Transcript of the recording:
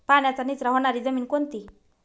पाण्याचा निचरा होणारी जमीन कोणती?